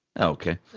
okay